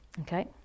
okay